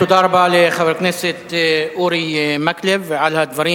תודה רבה לחבר הכנסת אורי מקלב על הדברים